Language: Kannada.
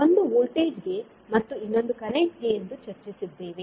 ಒಂದು ವೋಲ್ಟೇಜ್ ಗೆ ಮತ್ತು ಇನ್ನೊಂದು ಕರೆಂಟ್ ಗೆ ಎಂದು ಚರ್ಚಿಸಿದ್ದೇವೆ